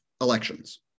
elections